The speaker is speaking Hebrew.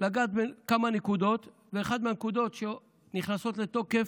לגעת בכמה נקודות, ואחת מהנקודות שנכנסות לתוקף,